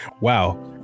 Wow